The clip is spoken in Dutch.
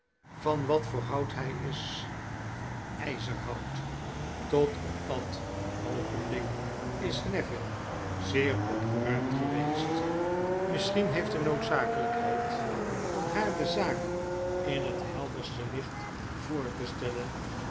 van wat voor hout hy is van yzerhout tot op dat oogenblik is neville zeer opgeruimd geweest misschien heeft de noodzakelykheid van haar de zaak in het helderste licht voor te stellen